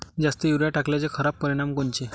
जास्त युरीया टाकल्याचे खराब परिनाम कोनचे?